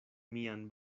mian